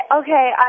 okay